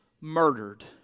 murdered